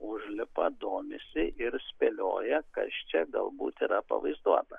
užlipa domisi ir spėlioja kas čia galbūt yra pavaizduota